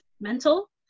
mental